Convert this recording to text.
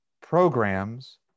programs